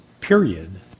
period